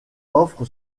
offre